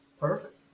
Perfect